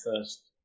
first